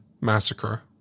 Massacre